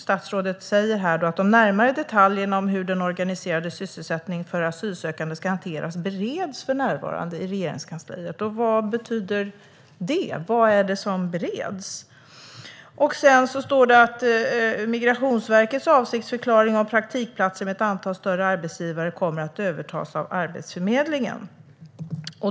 Statsrådet säger vidare: "De närmare detaljerna om hur den organiserade sysselsättningen för asylsökande ska hanteras bereds för närvarande i Regeringskansliet." Vad betyder det? Vad är det som bereds? Statsrådet säger sedan: "Migrationsverkets avsiktsförklaringar om praktikplatser med ett antal större arbetsgivare kommer att övertas av Arbetsförmedlingen."